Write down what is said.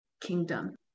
kingdom